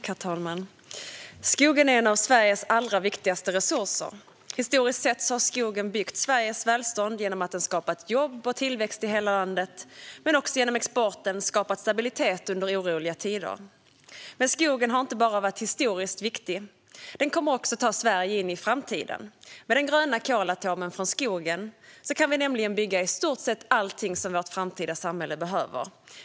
Herr talman! Skogen är en av Sveriges allra viktigaste resurser. Historiskt sett har skogen byggt Sveriges välstånd genom att den skapat jobb och tillväxt i hela landet men också genom att exporten skapat stabilitet under oroliga tider. Skogen har inte bara varit historiskt viktig. Den kommer också att ta Sverige in i framtiden. Med den gröna kolatomen från skogen kan vi nämligen bygga i stort sett allt som vårt framtida samhälle behöver.